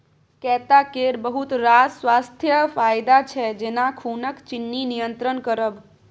कैता केर बहुत रास स्वास्थ्य फाएदा छै जेना खुनक चिन्नी नियंत्रण करब